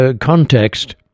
context